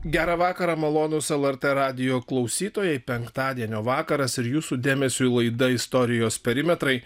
gerą vakarą malonūs lrt radijo klausytojai penktadienio vakaras ir jūsų dėmesiui laida istorijos perimetrai